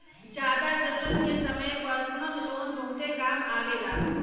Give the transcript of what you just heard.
जादा जरूरत के समय परसनल लोन बहुते काम आवेला